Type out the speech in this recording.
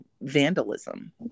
vandalism